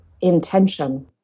intention